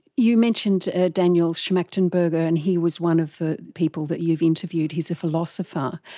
you mentioned daniel schmachtenberger, and he was one of the people that you've interviewed, he is a philosopher.